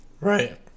Right